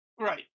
Right